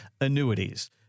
annuities